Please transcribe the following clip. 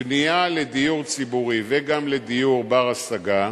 שבנייה לדיור ציבורי, וגם לדיור בר-השגה,